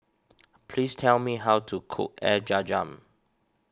please tell me how to cook Air Zam Zam